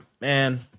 Man